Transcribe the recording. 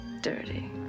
dirty